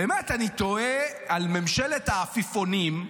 באמת, אני תוהה על ממשלת העפיפונים,